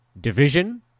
division